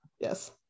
Yes